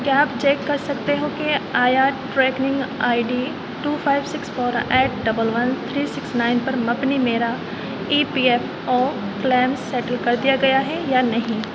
کیا آپ چیک کر سکتے ہو کہ آیا tracking I D two five six four eight double one three six nine پر مبنی میرا E P F O claim settle کر دیا گیا ہے یا نہیں